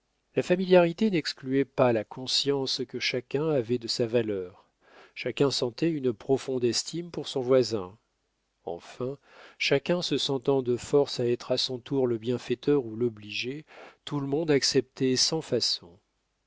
la familiarité n'excluait pas la conscience que chacun avait de sa valeur chacun sentait une profonde estime pour son voisin enfin chacun se sentant de force à être à son tour le bienfaiteur ou l'obligé tout le monde acceptait sans façon